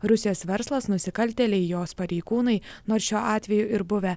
rusijos verslas nusikaltėliai jos pareigūnai nors šiuo atveju ir buvę